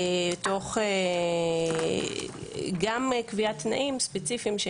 תוך קביעת תנאים ספציפיים,